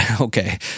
okay